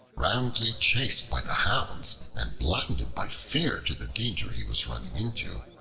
roundly chased by the hounds and blinded by fear to the danger he was running into,